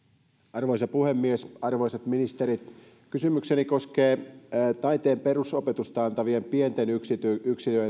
arvoisa puhemies arvoisat ministerit kysymykseni koskee taiteen perusopetusta antavien pienten yksiköiden